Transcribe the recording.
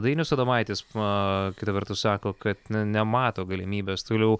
dainius adomaitis aaa kita vertus sako kad nemato galimybės toliau